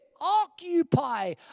occupy